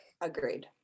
Agreed